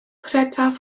credaf